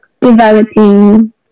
developing